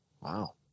Wow